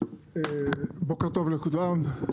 בוקר טוב לכולם,